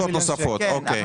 הכנסות נוספות, אוקיי.